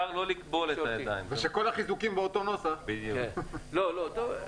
וגם על קבלת האורחים הנעימה לא מובנת